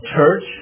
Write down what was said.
church